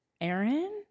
Aaron